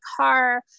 car